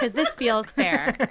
because this feels fair.